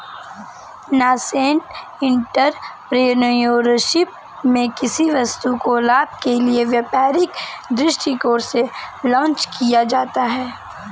nascent entrepreneurship में किसी वस्तु को लाभ के लिए व्यापारिक दृष्टिकोण से लॉन्च किया जाता है